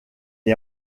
est